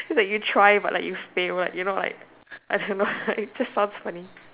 cause like you try but like you fail you know like I don't know it just sounds funny